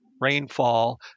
rainfall